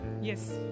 Yes